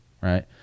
right